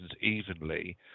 evenly